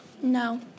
No